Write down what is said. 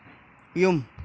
ꯌꯨꯝ